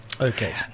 Okay